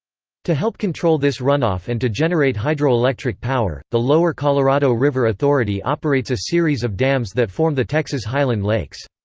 to help control this runoff and to generate hydroelectric power, the lower colorado river authority operates a series of dams that form the texas highland lakes.